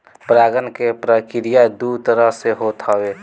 परागण के प्रक्रिया दू तरह से होत हवे